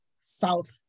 South